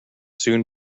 soon